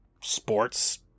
sports